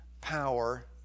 power